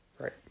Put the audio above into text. right